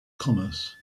commerce